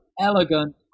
elegant